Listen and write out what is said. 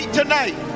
tonight